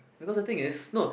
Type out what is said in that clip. because the thing is no